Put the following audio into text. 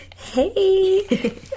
hey